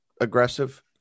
aggressive